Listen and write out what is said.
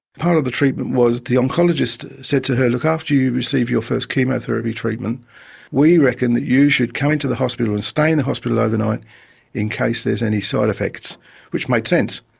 part of the treatment was the oncologist said to her, look, after you you receive your first chemotherapy treatment we reckon that you should come into the hospital and stay in the hospital overnight in any side-effects which made sense.